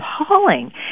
appalling